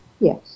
yes